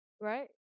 Right